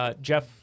Jeff